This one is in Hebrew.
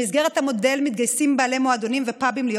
במסגרת המודל מתגייסים בעלי מועדונים ופאבים להיות